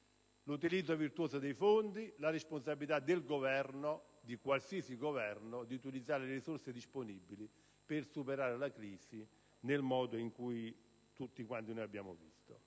l'utilizzo virtuoso dei fondi e la responsabilità del Governo (di qualsiasi Governo) di utilizzare le risorse disponibili per superare la crisi nel modo in cui tutti noi abbiamo visto.